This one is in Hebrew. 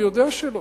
אני יודע שלא.